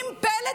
עם פלט,